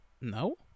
No